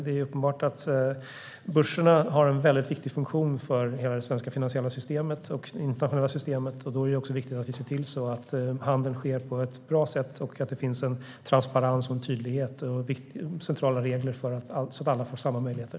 Det är uppenbart att börserna har en väldigt viktig funktion för hela det svenska och det internationella finansiella systemet. Då är det också viktigt att vi ser till att handeln sker på ett bra sätt och att det finns transparens, tydlighet och centrala regler så att alla får samma möjligheter.